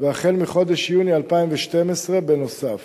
והחל מחודש יוני 2012. בנוסף,